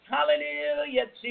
Hallelujah